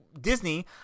Disney –